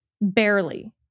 barely